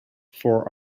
for